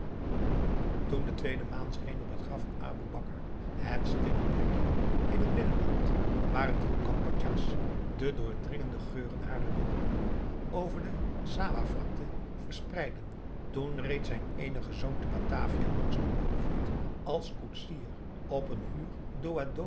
toen de tweede maan scheen op het graf van aboe bakar het stille plekje in het binnenland waar een groep kambodja's de doordringende geuren harer witte bloemen over de avia verspreidden toen reed zijn eenige zoon te batavia langs den molenvliet als koetsier op een